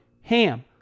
HAM